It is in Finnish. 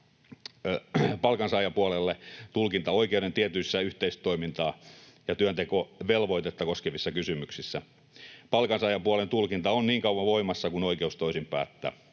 palkansaajapuolelle tulkintaoikeuden tietyissä yhteistoimintaa ja työntekovelvoitetta koskevissa kysymyksissä. Palkansaajapuolen tulkinta on niin kauan voimassa, kun oikeus toisin päättää.